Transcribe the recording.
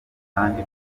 kandi